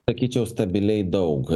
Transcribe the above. sakyčiau stabiliai daug